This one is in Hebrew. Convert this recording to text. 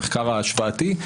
המחקר ההשוואתי.